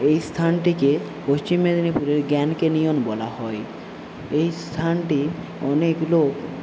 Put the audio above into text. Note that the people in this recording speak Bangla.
এই স্থানটিকে পশ্চিম মেদিনীপুরের গ্র্যান্ড ক্যানিয়ন বলা হয় এই স্থানটি অনেক লোক